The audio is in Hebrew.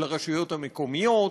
של הרשויות המקומיות,